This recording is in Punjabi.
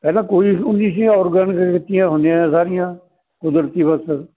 ਪਹਿਲਾਂ ਕੋਈ ਹੁੰਦੀ ਸੀ ਔਰਗੈਨਿਕ ਖੇਤੀਆਂ ਹੁੰਦੀਆਂ ਸਾਰੀਆਂ ਕੁਦਰਤੀ ਬੱਸ